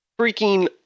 freaking